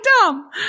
dumb